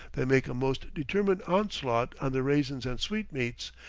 that make a most determined onslaught on the raisins and sweetmeats,